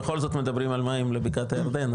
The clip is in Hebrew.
בכל זאת מדברים על מים לבקעת הירדן,